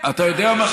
אתה יודע מה,